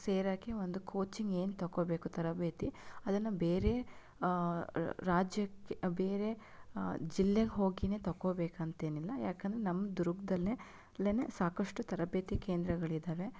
ಸೇರಕ್ಕೆ ಒಂದು ಕೋಚಿಂಗ್ ಏನು ತೊಗೊಬೇಕು ತರಬೇತಿ ಅದನ್ನು ಬೇರೆ ರಾಜ್ಯಕ್ಕೆ ಬೇರೆ ಜಿಲ್ಲೆಗೆ ಹೋಗಿಯೇ ತೊಗೊಬೇಕು ಅಂತೇನಿಲ್ಲ ಯಾಕೆಂದರೆ ನಮ್ಮ ದುರ್ಗದಲ್ಲೇ ಲ್ಲೇನೇ ಸಾಕಷ್ಟು ತರಬೇತಿ ಕೇಂದ್ರಗಳಿದ್ದಾವೆ